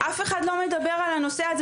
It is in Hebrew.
אף אחד לא מדבר על הנושא הזה.